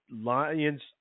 Lions